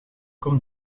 kom